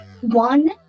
one